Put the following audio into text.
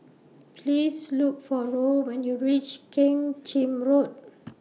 Please Look For Roll when YOU REACH Keng Chin Road